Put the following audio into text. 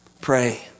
Pray